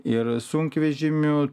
ir sunkvežimių